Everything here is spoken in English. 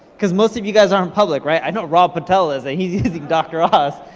cause most of you guys aren't public right? i know rob patel isn't, he's using dr. oz.